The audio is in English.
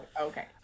Okay